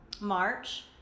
March